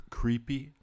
creepy